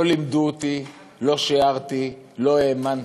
לא לימדו אותי, לא שיערתי, לא האמנתי,